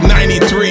93